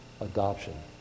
adoption